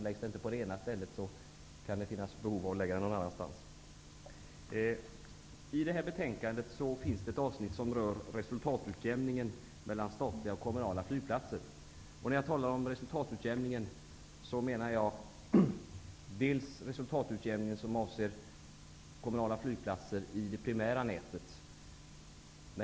Läggs den inte på det ena stället, kan det finnas ett behov av att lägga den någon annanstans. I detta betänkande finns ett avsnitt som rör resultatutjämningen mellan statliga och kommunala flygplatser. När jag talar om resultatutjämningen, menar jag den resultatutjämning som avser kommunala flygplatser i det primära nätet.